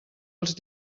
els